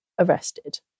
arrested